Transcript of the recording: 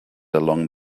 along